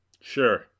Sure